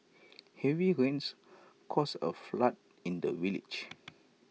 heavy rains caused A flood in the village